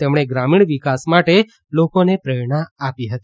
તેમણે ગ્રામીણ વિકાસ માટે લોકોને પ્રેરણા આપી હતી